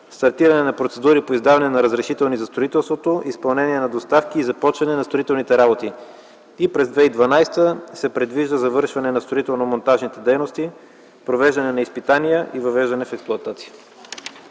стартиране на процедури по издаване на разрешителни за строителството, изпълнение на доставки и започване на строителните работи. През 2012 г. се предвижда завършване на строително монтажните дейности, провеждане на изпитания и въвеждане в експлоатация.